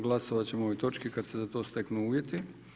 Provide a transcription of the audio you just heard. Glasovat ćemo o ovoj točki kad se za to steknu uvjeti.